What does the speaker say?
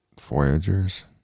Voyagers